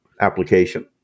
application